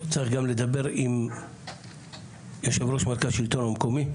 צריך גם לדבר עם יושב ראש מרכז השלטון המקומי,